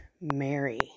Mary